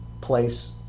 place